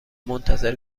منتظر